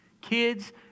Kids